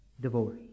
divorce